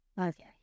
Okay